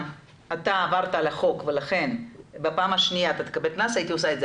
שהוא עבר על החוק ולכן בפעם השנייה הוא יקבל קנס,